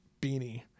beanie